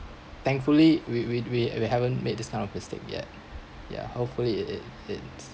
thankfully we we we we haven't made this kind of mistake yet yeah hopefully it it it's